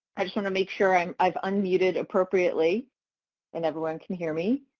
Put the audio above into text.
i just want to make sure and i've unmuted appropriately and everyone can hear me.